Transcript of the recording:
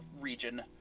region